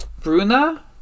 Bruna